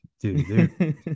dude